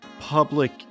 public